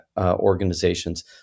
organizations